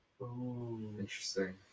Interesting